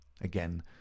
again